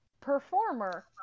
performer